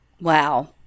Wow